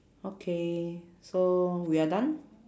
okay so we are done